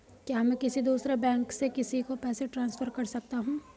क्या मैं किसी दूसरे बैंक से किसी को पैसे ट्रांसफर कर सकता हूं?